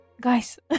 guys